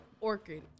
orchid